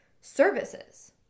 services